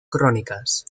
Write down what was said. crónicas